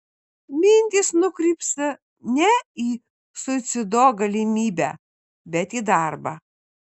mintys nukrypsta ne į suicido galimybę bet į darbą